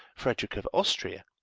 frederick of austria,